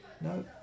No